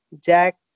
Jack